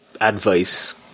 Advice